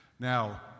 Now